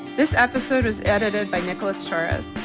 this episode was edited by nicholas torres.